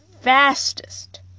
fastest